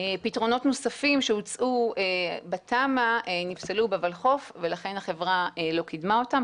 פתרונות נוספים שהוצעו בתמ"א נפסלו בולחו"ף ולכן החברה לא קידמה אותם,